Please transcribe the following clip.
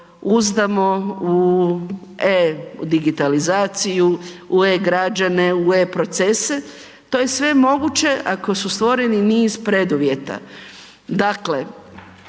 uzdamo u e-digitalizaciju, u e-građane, u e-procese, to je sve moguće ako su stvoreni niz preduvjeta.